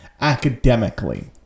academically